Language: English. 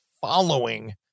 following